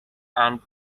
and